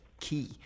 key